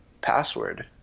password